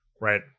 Right